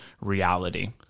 reality